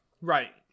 Right